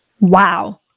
Wow